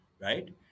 Right